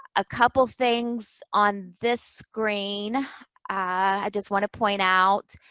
a couple things on this screen i just want to point out.